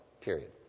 period